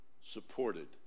supported